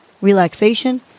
relaxation